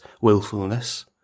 willfulness